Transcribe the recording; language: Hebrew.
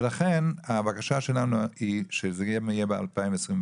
לכן הבקשה שלנו היא שזה גם יהיה ב-2024,